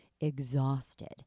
exhausted